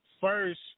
First